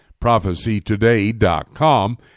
prophecytoday.com